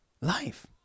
life